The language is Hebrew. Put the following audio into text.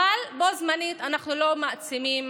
ובו זמנית אנחנו לא מעצימים